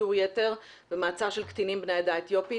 שיטור יתר ומעצר של קטינים בני העדה האתיופית.